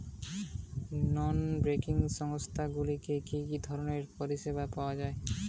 নন banking সংস্থা গুলিতে কি কি ধরনের পরিসেবা পাওয়া য়ায়?